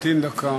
בבקשה,